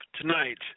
tonight